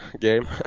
game